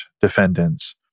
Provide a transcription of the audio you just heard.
defendants